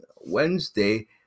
Wednesday